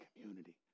community